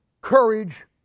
courage